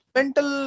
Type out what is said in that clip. mental